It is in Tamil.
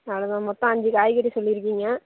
அவ்வளோ தான் மொத்தம் அஞ்சு காய்கறி சொல்லியிருக்கீங்க